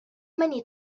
many